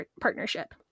partnership